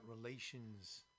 relations